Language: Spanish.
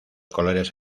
colores